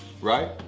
right